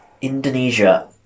Indonesia